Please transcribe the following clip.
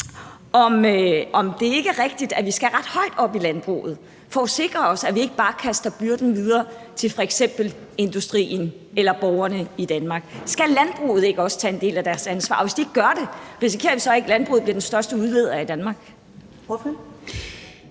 om det ikke er rigtigt, at vi skal ret højt op i landbruget for at sikre os, at vi ikke bare kaster byrden videre til f.eks. industrien eller borgerne i Danmark. Skal landbruget ikke også tage en del af ansvaret, og hvis ikke de gør det, risikerer vi så ikke, at landbruget bliver den største udleder i Danmark?